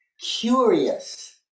Curious